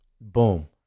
Boom